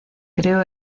creó